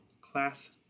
class